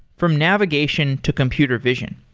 from navigation to computer vision.